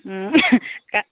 কা